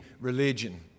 religion